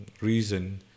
reason